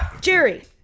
Jerry